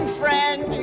friend